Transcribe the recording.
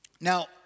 Now